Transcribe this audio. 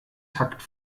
takt